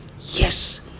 Yes